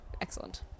excellent